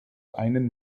einen